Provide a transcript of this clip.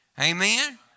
Amen